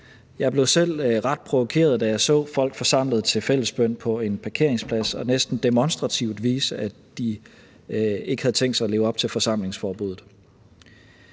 Jeg blev selv ret provokeret, da jeg så folk forsamlet til fællesbøn på en parkeringsplads og næsten demonstrativt vise, at de ikke havde tænkt sig at overholde forsamlingsforbuddet.